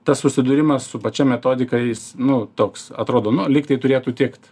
tas susidūrimas su pačia metodika jis nu toks atrodo nu lygtai turėtų tikt